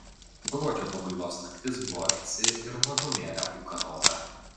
gruodžio pabaigos naktis buvo vėsi ir mažumėlę ūkanota